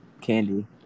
candy